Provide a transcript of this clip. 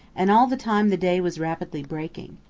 and all the time the day was rapidly breaking.